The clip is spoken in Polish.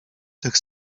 tych